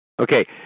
Okay